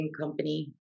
company